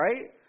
right